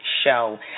show